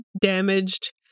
damaged